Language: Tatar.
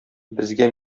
безгә